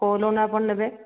କୋଉ ଲୋନ୍ ଆପଣ ନେବେ